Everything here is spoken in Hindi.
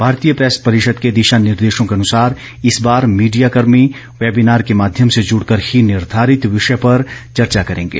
भारतीय प्रेस परिषद के दिशा निर्देशो के अनुसार इस बार मीडिया कर्मी वैबिनार के माध्यम से जुड़कर ही निर्धारित विषय पर चर्चा करेंगे